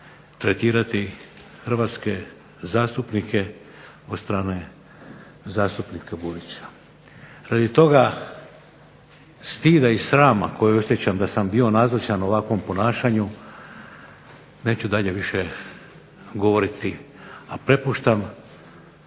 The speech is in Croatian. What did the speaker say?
tretirati hrvatske zastupnike od strane zastupnika Burića. Radi toga stida i srama koji osjećam da sam bio nazočan ovakvom ponašanju neću dalje više govoriti, a prepuštam